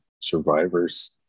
survivors